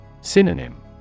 Synonym